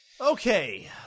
Okay